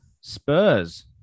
Spurs